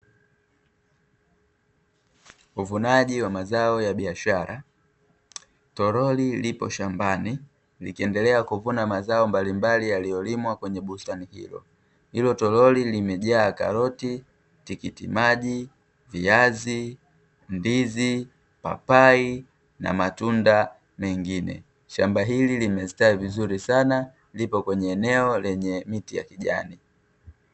Uvunaji wa mazao ya biashara, toroli lipo shambani likiendelea kuvuna mazao mbalimbali yaliyolimwa kwenye bustani hilo, hilo toroli limejaa karoti, tikiti maji, viazi, ndizi, papai na matunda mengine, shamba hili limestawi vizuri sana, lipo kwenye eneo lenye miti ya kijani.